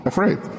Afraid